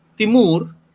Timur